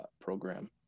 program